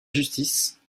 justice